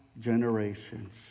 generations